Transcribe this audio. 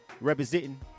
Representing